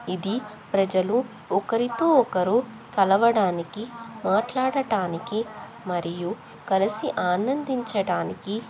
ఇది ప్రజలు ఒకరితో ఒకరు కలవడానికి మాట్లాడటానికి మరియు కలిసి ఆనందించటానికి